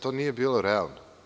To nije bilo realno.